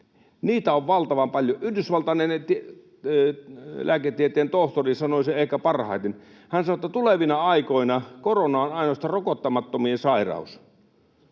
on valtavan paljon. Yhdysvaltalainen lääketieteen tohtori sanoi sen ehkä parhaiten: hän sanoi, että tulevina aikoina korona on ainoastaan rokottamattomien sairaus